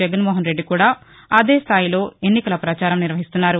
జగన్మోహనరెడ్డి కూడా అదే స్థాయిలో ఎన్నికల ప్రచారం నిర్వహిస్తున్నారు